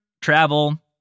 travel